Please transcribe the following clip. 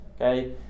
Okay